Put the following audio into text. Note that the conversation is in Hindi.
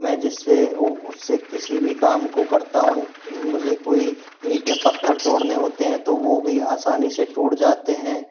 मैं जिससे उससे किसी भी काम को करता हूँ मुझे कोई ईंट या पत्थर तोड़ने होते हैं तो वो भी आसानी से टूट जाते हैं